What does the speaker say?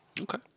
Okay